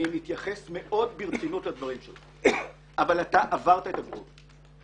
אני מתייחס מאוד ברצינות לדבריך אבל אתה עברת את הגבול.